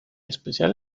especial